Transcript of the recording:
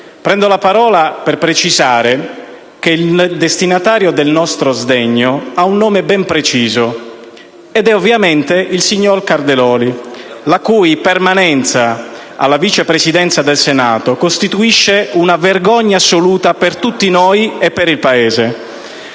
prendo la parola per precisare che il destinatario del nostro sdegno ha un nome ben preciso, ed è ovviamente il signor Calderoli, la cui permanenza alla Vice Presidenza del Senato costituisce una vergogna assoluta per tutti noi e per il Paese.